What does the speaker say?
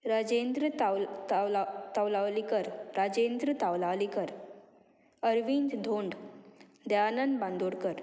रजेंद्र ताव तावला तावलालीकर राजेंद्र तावलालीकर अरविंद धोंड द्यान बांदोडकर